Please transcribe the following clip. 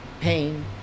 pain